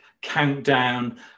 countdown